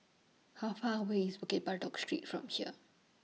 How Far away IS Bukit Batok Street from here